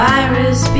Virus